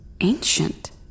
ancient